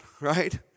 right